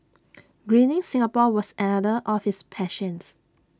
Greening Singapore was another of his passions